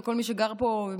לכל מי שגר פה,